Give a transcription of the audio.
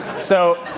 so